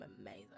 amazing